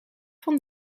van